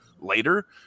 later